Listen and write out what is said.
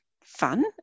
fun